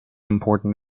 important